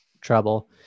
trouble